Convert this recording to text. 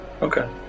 Okay